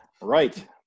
right